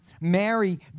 Mary